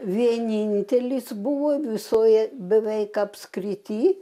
vienintelis buvo visoje beveik apskrity